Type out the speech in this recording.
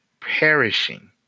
perishing